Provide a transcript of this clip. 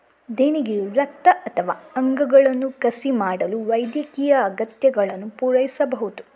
ದೇಣಿಗೆಯು ರಕ್ತ ಅಥವಾ ಅಂಗಗಳನ್ನು ಕಸಿ ಮಾಡಲು ವೈದ್ಯಕೀಯ ಅಗತ್ಯಗಳನ್ನು ಪೂರೈಸಬಹುದು